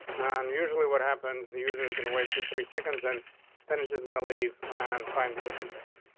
um, usually, what happens? the user is gonna wait for three seconds, and then it's just gonna leave and find a different page.